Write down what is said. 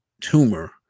tumor